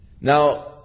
Now